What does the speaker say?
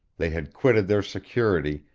they had quitted their security,